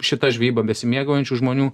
šita žvejyba besimėgaujančių žmonių